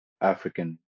African